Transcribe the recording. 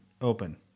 open